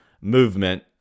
movement